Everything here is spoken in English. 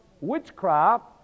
Witchcraft